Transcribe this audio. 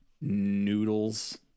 noodles